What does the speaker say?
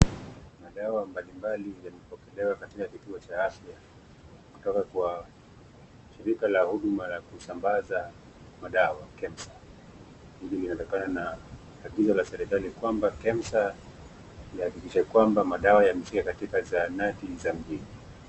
Kuna dawa mbalimbali yamepokelewa katika kituo cha afya, kutoka kwa shirika la huduma la kusambaza madawa KEMSA. Hili ni kutokana na agizo la serikali kwamba KEMSA ihakikishe kwamba madawa zimefika katika zahanati za mjini.